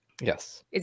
Yes